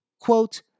quote